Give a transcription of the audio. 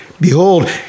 Behold